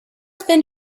thin